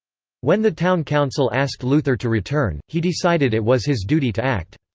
when the town council asked luther to return, he decided it was his duty to act.